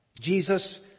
Jesus